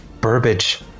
Burbage